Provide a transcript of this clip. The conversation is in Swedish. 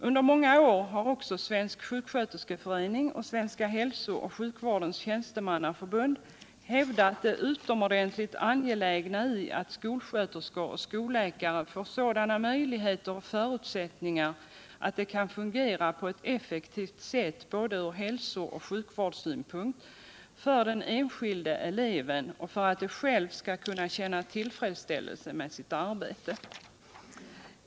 Under många år har också Svensk sjuksköterskeförening och Svenska hätso och sjukvårdens tjänstemannatförbund hävdat det utomordentligt angekigna i att skolsköterskor och skolläkare får sådana möjligheter och förutsättningar att de kan fungera på ot effektivt sält, både från hälso och sjukvårdssynpunkt. för den enskilde eleven och för alt de själva skall känna ullfredsställelse med sitt arbete.